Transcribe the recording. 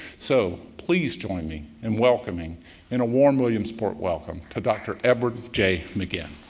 so please join me in welcoming in a warm williamsport. welcome to dr edward j. maginn